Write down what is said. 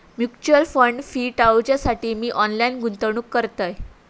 mutual fund fee टाळूच्यासाठी मी online गुंतवणूक करतय